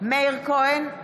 מאיר כהן,